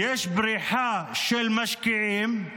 יש בריחה של משקיעים,